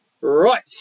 Right